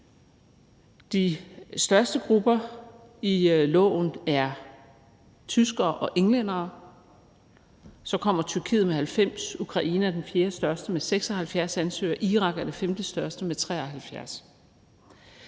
De største grupper i loven er tyskere og englændere, så kommer Tyrkiet med 90, Ukraine er den fjerdestørste med 76 ansøgere, og Irak er det femtestørste med 73.